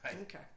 Okay